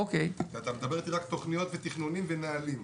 אתה מדבר איתי רק תכניות ותכנונים ונהלים,